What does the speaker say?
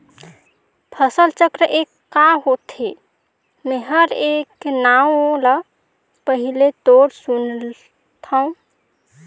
फसल चक्र ए क होथे? मै हर ए नांव ल पहिले तोर सुनथों